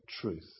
truth